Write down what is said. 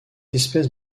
espèces